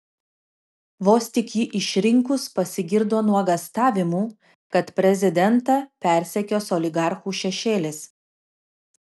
vos tik jį išrinkus pasigirdo nuogąstavimų kad prezidentą persekios oligarchų šešėlis